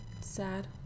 Sad